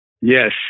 Yes